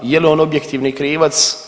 Je li on objektivni krivac?